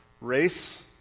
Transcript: race